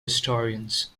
historians